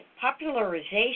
popularization